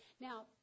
Now